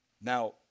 Now